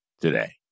today